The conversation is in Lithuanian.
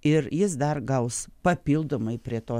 ir jis dar gaus papildomai prie to